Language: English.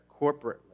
corporately